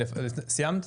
סיימת?